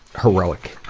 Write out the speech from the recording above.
heroic.